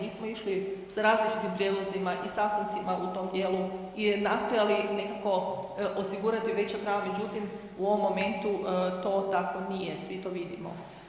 Mi smo išli sa različitim prijedlozima i sastancima u tom dijelu i nastojali nekako osigurati veća prava, međutim u ovom momentu to tako nije, svi to vidimo.